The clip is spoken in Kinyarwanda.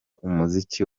umuziki